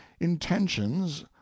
intentions